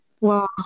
Wow